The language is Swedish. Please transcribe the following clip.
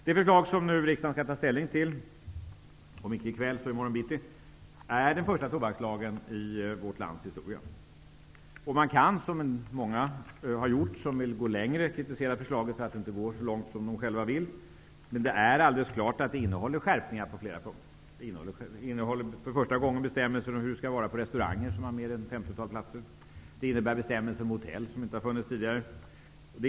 Det förslag riksdagen nu skall ta ställning till, om inte i kväll så i morgon bitti, är den första tobakslagen i vårt lands historia. Man kan, som många har gjort som vill gå längre, kritisera förslaget för att det inte går så långt som man själv vill. Men den innehåller alldeles klart skärpningar på flera punkter. Det finns för första gången bestämmelser om hur det skall vara på restauranger som har mer än ett femtiotal platser. Det finns bestämmelser om hotell, som inte funnits tidigare.